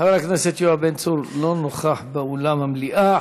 חבר הכנסת יואב בן צור, אינו נוכח באולם המליאה.